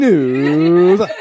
News